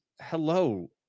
hello